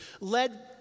led